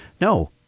no